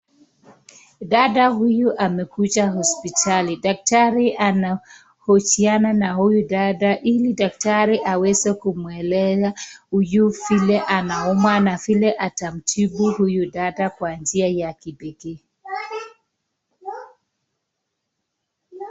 Dada huyu amekuja hospitali. Daktari kuhusiana na huyu dada ili daktari aweze kumweleza huyu vile anaumwa na vile atamtibu huyu dada kwa njia ya bidii.